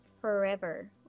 forever